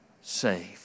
saved